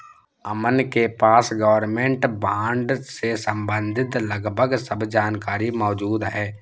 अमन के पास government bond से सम्बंधित लगभग सब जानकारी मौजूद है